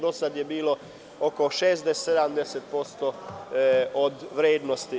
Do sada je bilo oko 70% od vrednosti.